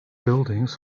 buildings